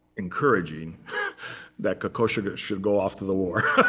encouraging that kokoschka should go off to the war.